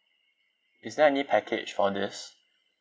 is there any package on this